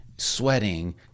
sweating